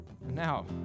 Now